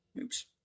Oops